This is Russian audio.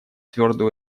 твердую